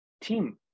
Team